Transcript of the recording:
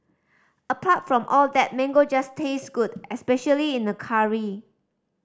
apart from all that mango just tastes good especially in a curry